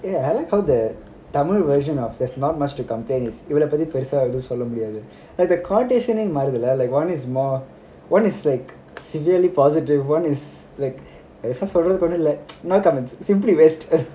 I like how the tamil version of there's not much to complain is எனக்கு எதும் பெருசா எதும் சொல்ல முடியாது:enaku edhum perusa edhum solla mudiyathu like conversation னே மாறுதுல:ne maaruthula one is more one is like severely positive one is like பெருசா சொல்றதுக்கு ஒண்ணும் இல்ல:perusa solrathuku onnum illa no comments simply waste